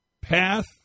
path